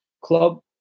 club